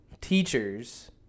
teachers